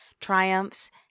triumphs